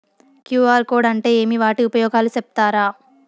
QR code అంటే ఏమి వాటి ఉపయోగాలు సెప్తారా?